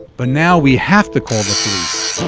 but now we have to call the police.